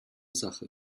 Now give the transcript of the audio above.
sache